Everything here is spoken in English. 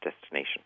destination